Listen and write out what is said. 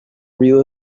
real